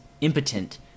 impotent